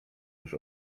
już